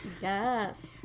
yes